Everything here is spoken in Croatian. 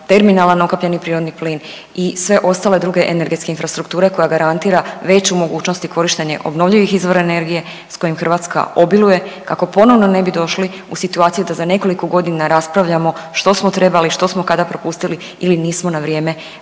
terminala na ukapljeni prirodni plin i sve ostale druge energetske infrastrukture koja garantira veću mogućnost i korištenje obnovljivih izvora energije s kojim Hrvatska obiluje kako ponovno ne bi došli u situaciju da za nekoliko godina raspravljamo što smo trebali, što smo kada propustili ili nismo na vrijeme